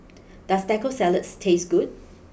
does Taco Salad taste good